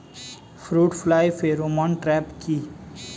Fruit fly pheromone trap কি?